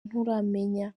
nturamenya